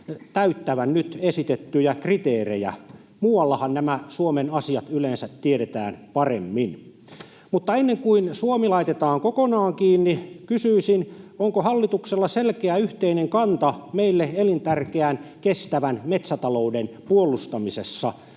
täyttävän nyt esitettyjä kriteerejä. Muuallahan nämä Suomen asiat yleensä tiedetään paremmin. Ennen kuin Suomi laitetaan kokonaan kiinni, kysyisin: onko hallituksella selkeä yhteinen kanta meille elintärkeän kestävän metsätalouden puolustamisessa?